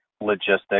logistics